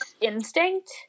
instinct